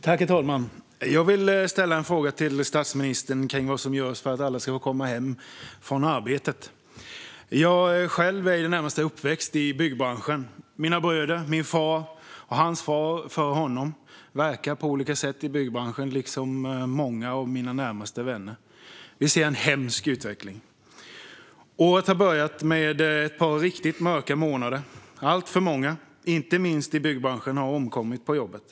Herr talman! Jag vill ställa en fråga till statsministern kring vad som görs för att alla ska få komma hem från arbetet. Jag är själv i det närmaste uppväxt i byggbranschen. Mina bröder, min far och hans far före honom verkar på olika sätt i byggbranschen liksom många av mina närmaste vänner, och vi ser en hemsk utveckling. Året har börjat med ett par riktigt mörka månader. Alltför många, inte minst i byggbranschen, har omkommit på jobbet.